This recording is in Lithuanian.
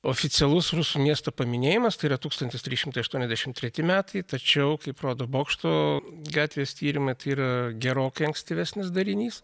oficialus rusų miesto paminėjimas tai yra tūkstantis trys šimtai aštuoniasdešimt treti metai tačiau kaip rodo bokšto gatvės tyrimai tai yra gerokai ankstyvesnis darinys